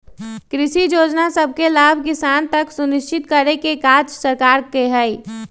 कृषि जोजना सभके लाभ किसान तक सुनिश्चित करेके काज सरकार के हइ